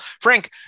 Frank